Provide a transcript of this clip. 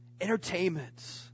entertainments